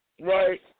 right